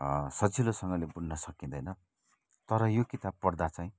सजिलोसँगले भुल्न सकिँदैन तर यो किताब पढ्दा चाहिँ